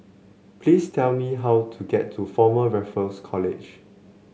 please tell me how to get to Former Raffles College